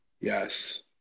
Yes